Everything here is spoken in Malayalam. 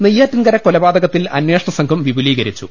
നെയ്യാറ്റിൻകര കൊലപാതകത്തിൽ അനേഷണസംഘം വിപു ലീകരിച്ചു